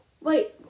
Wait